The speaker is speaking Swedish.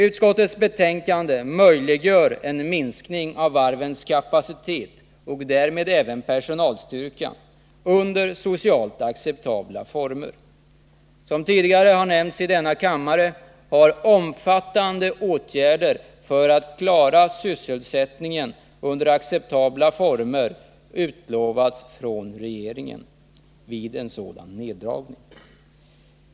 Utskottets förslag möjliggör en minskning av varvens kapacitet och därmed även av personalstyrkan under socialt acceptabla former. Som tidigare har nämnts här i kammaren har omfattande åtgärder för att klara sysselsättningen under acceptabla former vid en sådan neddragning utlovats av regeringen.